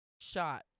Shot